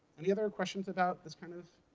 any other questions about this kind of